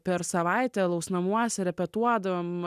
per savaitę alaus namuose repetuodavom